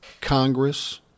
Congress